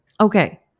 Okay